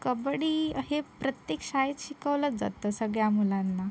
कबड्डी हे प्रत्येक शाळेत शिकवलाच जातो सगळ्या मुलांना